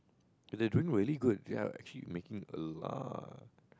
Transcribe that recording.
and they doing really good they are actually making a lot